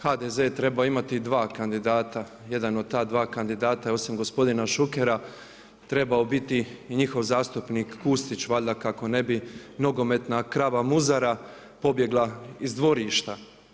HDZ je trebao imati dva kandidata, jedan od ta dva kandidata je osim gospodina Šukera trebao biti i njihov zastupnik Kustić valjda kako ne bi nogometna krava muzara pobjegla iz dvorišta.